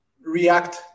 react